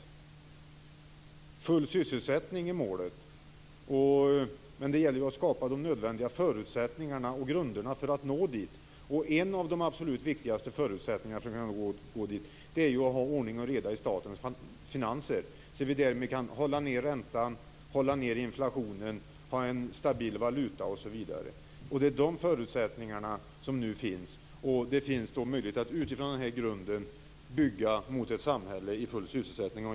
Målet är full sysselsättning, men det gäller att skapa de nödvändiga förutsättningarna och grunderna för att nå dit. En av de absolut viktigaste förutsättningarna för att nå dit är att ha ordning och reda i statens finanser. Därmed kan vi hålla räntan nere, hålla inflationen nere, stabilisera valutan osv. Det är de förutsättningarna som finns nu. Det finns möjlighet att utifrån denna grund bygga ett samhälle i full sysselsättning.